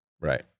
Right